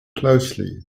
closely